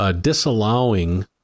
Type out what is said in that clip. disallowing